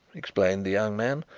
explained the young man,